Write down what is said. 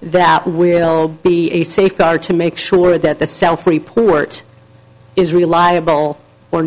that will be a safeguard to make sure that the self report is reliable or